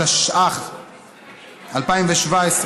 התשע"ח 2017,